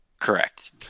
Correct